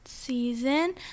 season